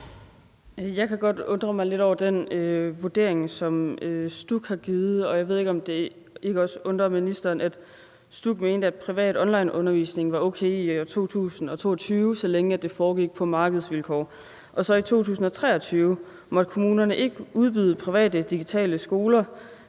Jeg kan godt undre mig lidt over den vurdering, som STUK har givet, og jeg ved ikke, om det ikke også undrer ministeren, at STUK mente, at privat onlineundervisning var okay i 2022, så længe det foregik på markedsvilkår, og så i 2023 måtte kommunerne ikke udbyde private digitale skoler